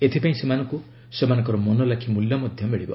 ଏଥିପାଇଁ ସେମାନଙ୍କୁ ସେମାନଙ୍କର ମନଲାଖି ମୂଲ୍ୟ ମିଳିବ